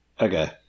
Okay